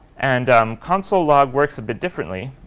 and console log works a bit differently.